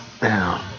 down